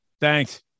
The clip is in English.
Thanks